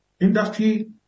Industry